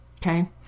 Okay